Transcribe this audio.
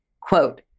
Quote